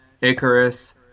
Icarus